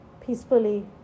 peacefully